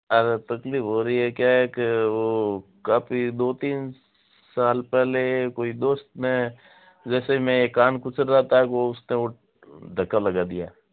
अरे तकलीफ़ हो रही है क्या एक वो काफ़ी दो तीन साल पहले कोई दोस्त ने जैसे मैं कान कुचल रहा था वो उस ने उठ धक्का लगा दिया